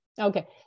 Okay